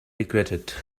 regretted